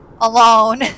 alone